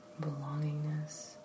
belongingness